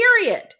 Period